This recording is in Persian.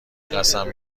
قسم